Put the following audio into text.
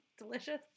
delicious